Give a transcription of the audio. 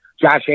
Josh